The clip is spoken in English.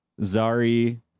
Zari